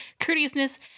courteousness